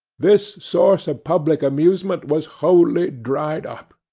this source of public amusement was wholly dried up.